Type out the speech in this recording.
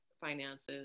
finances